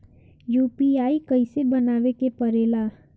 UPI कइसे बनावे के परेला?